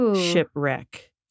shipwreck